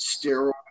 steroid